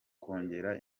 kongera